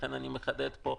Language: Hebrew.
לכן אני מחדד פה.